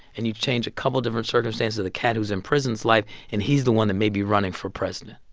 and you change a couple different circumstances of the cat who's in prison's life and he's the one that may be running for president.